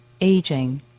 Aging